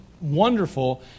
wonderful